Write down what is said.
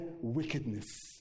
wickedness